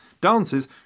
Dances